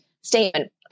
statement